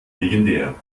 legendär